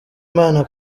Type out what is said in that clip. imana